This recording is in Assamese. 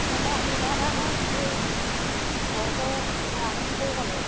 মানে অসুবিধা এটা হ'ল এই ঘৰটো ৱায়াৰিং কৰিব লাগিছিলে